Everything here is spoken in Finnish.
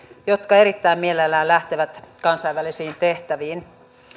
joka erittäin mielellään lähtee kansainvälisiin tehtäviin